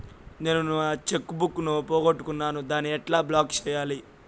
నేను నా cheque book ను పోగొట్టుకున్నాను దాన్ని ఎట్లా బ్లాక్ సేయాలి?